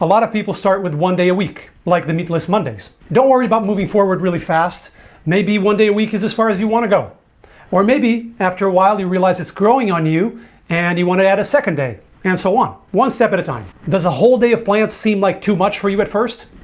lot of people start with one day a week like the meatless mondays don't worry about moving forward really fast maybe one day a week is as far as you want to go or maybe after a while you realize it's growing on you and you want to add a second day and so on one step at a time there's a whole day of plants seem like too much for you at first.